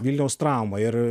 vilniaus trauma ir